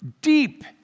deep